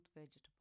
vegetable